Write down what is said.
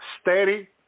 steady